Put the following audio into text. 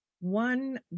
one